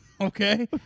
Okay